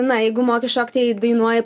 na jeigu moki šokti jei dainuoji